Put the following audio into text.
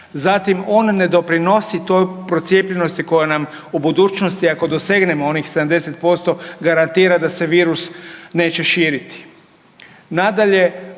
Zatim on ne doprinosi toj procijepljenosti koja nam u budućnosti ako dosegnemo onih 70% garantira da se virus neće širiti.